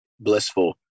blissful